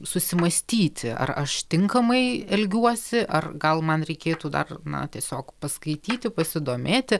susimąstyti ar aš tinkamai elgiuosi ar gal man reikėtų dar na tiesiog paskaityti pasidomėti